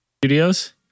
studios